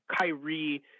Kyrie